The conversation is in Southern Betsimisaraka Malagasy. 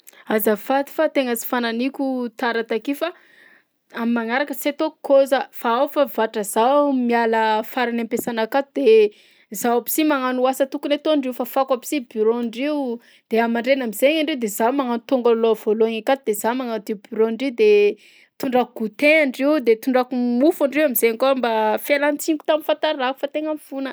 Azafady fa tegna sy fanahiniako tara takeo fa am'magnaraka tsy ataoko kôza fa ao fa vatra zaho miala farany am-piasana akato de zaho aby si magnano asa tokony ataondreo. Fafako aby si bureau-ndrio de amandraina am'zay andre de zah magnatonga aloha voalohany akato de za magnadio bureau-ndrio de tondrako goûter andrio de tondrako mofo andrio am'zainy koa mba fialan-tsiniko tamin'ny fahatarako. Fa tegna mifona!